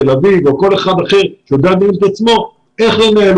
תל אביב או כל אחד אחר שיודע לנהל את עצמו איך לנהל.